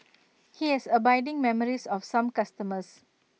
he has abiding memories of some customers